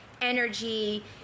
energy